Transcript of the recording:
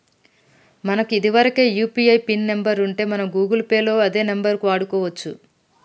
మనకు ఇదివరకే UPI pin number ఉంటే మనం గూగుల్ పే లో అదే నెంబర్ వాడుకోవచ్చు